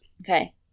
Okay